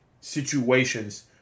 situations